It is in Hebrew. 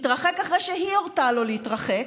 מתרחק אחרי שהיא הורתה לו להתרחק,